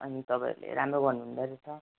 अनि तपाईँहरूले राम्रो गर्नु हुँदैरहेछ